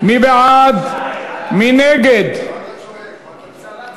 ההצעה להעביר את הצעת חוק-יסוד: